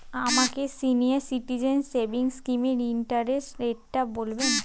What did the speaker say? আমাকে senior citizen savings স্কিমের interest রেটটা বলবেন